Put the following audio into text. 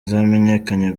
zamenyekanye